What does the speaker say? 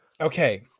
Okay